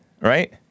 right